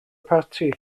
parti